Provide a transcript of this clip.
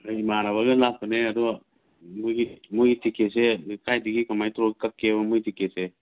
ꯑꯩ ꯏꯃꯥꯟꯅꯕꯒ ꯂꯥꯛꯄꯅꯦ ꯑꯗꯣ ꯃꯣꯏꯒꯤ ꯇꯥꯛꯀꯦꯠꯁꯦ ꯀꯥꯏꯗꯒꯤ ꯀꯃꯥꯏꯅ ꯇꯧꯔꯒ ꯀꯛꯀꯦꯕ ꯃꯣꯏ ꯇꯤꯛꯀꯦꯠꯁꯦ